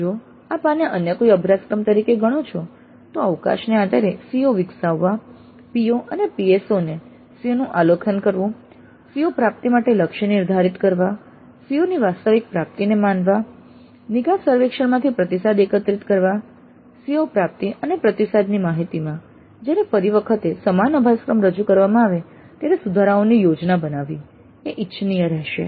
જો આપ આને અન્ય કોઈ અભ્યાસક્રમ તરીકે ગણો છો તો અવકાશના આધારે CO વિકસાવવા PO અને PSO ને CO નું આલેખન કરવું CO પ્રાપ્તિ માટે લક્ષ્યો નિર્ધારિત કરવા COs ની વાસ્તવિક પ્રાપ્તિને માપવા નિકાસ સર્વેક્ષણમાંથી પ્રતિસાદ એકત્રિત કરવા CO પ્રાપ્તિ અને પ્રતિસાદ માહિતીમાં જ્યારે ફરી વખતે સમાન અભ્યાસક્રમ રજૂ કરવામાં આવે ત્યારે સુધારાઓની યોજના બનાવવી એ ઇચ્છનીય રહેશે